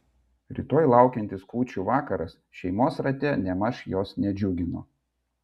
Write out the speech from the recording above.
rytoj laukiantis kūčių vakaras šeimos rate nėmaž jos nedžiugino